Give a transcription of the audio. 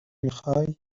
میخوای